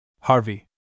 Harvey